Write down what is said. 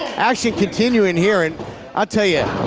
action continuing here and i'll tell ya,